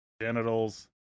genitals